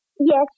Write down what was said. Yes